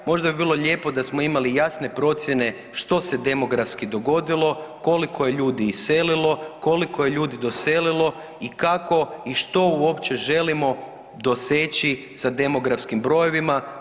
Možda bi bilo lijepo da smo imali jasne procjene što se demografski dogodilo, koliko je ljudi iselilo, koliko je ljudi doselilo i kako i što uopće želimo doseći sa demografskim brojevima.